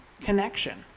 connection